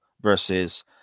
versus